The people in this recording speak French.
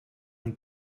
une